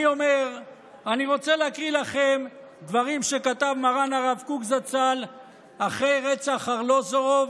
אני רוצה להקריא לכם דברים שכתב מרן הרב קוק זצ"ל אחרי רצח ארלוזורוב